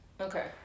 Okay